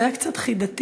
זה היה קצת חידתי,